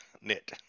knit